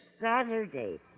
Saturday